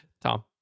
Tom